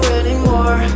anymore